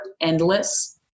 endless